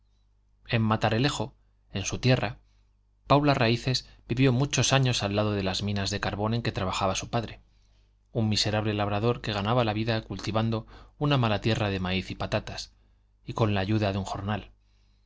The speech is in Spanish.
en matalerejo en su tierra paula raíces vivió muchos años al lado de las minas de carbón en que trabajaba su padre un miserable labrador que ganaba la vida cultivando una mala tierra de maíz y patatas y con la ayuda de un jornal